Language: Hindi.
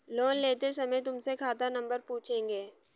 लोन लेते समय तुमसे खाता नंबर पूछेंगे